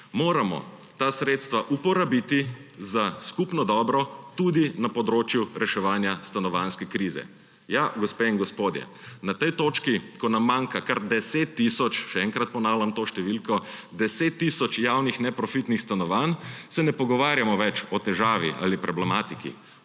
moramo ta sredstva uporabiti za skupno dobro tudi na področju reševanja stanovanjske krize. Ja, gospe in gospodje, na tej točki, ko nam manjka kar 10 tisoč, še enkrat ponavljam to številko, 10 tisoč javnih neprofitnih stanovanj, se ne pogovarjamo več o težavi ali problematiki,